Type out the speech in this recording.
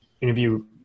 interview